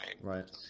right